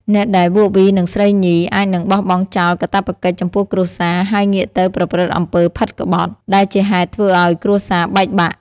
អ្នកដែលវក់វីនឹងស្រីញី អាចនឹងបោះបង់ចោលកាតព្វកិច្ចចំពោះគ្រួសារ ហើយងាកទៅប្រព្រឹត្តអំពើផិតក្បត់ ដែលជាហេតុធ្វើឲ្យគ្រួសារបែកបាក់។